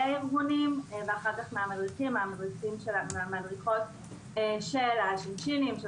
הארגונים ואחר כך עם המדריכים והמדריכות של השינשי"נים.